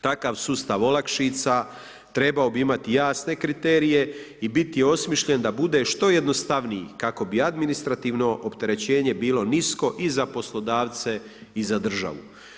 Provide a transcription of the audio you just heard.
Takav sustav olakšica trebao bi imati jasne kriterije i biti osmišljen da bude što jednostavniji kako bi administrativno opterećenje bilo nisko i za poslodavce i za državu.